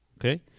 okay